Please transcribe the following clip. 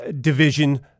division